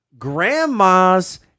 grandma's